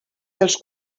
dels